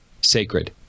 sacred